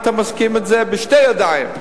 הייתי מסכים לזה בשתי ידיים.